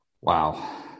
wow